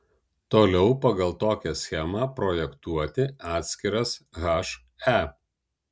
toliau pagal tokią schemą projektuoti atskiras he